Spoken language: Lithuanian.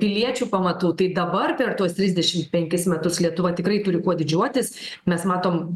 piliečių pamatų tai dabar per tuos trisdešim penkis metus lietuva tikrai turi kuo didžiuotis mes matom